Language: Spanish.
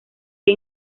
que